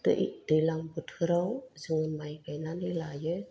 दै दैज्लां बोथोराव जों माइ गायनानै लायो